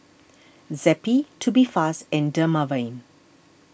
Zappy Tubifast and Dermaveen